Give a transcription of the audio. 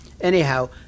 Anyhow